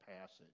passage